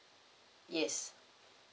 yes